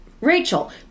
Rachel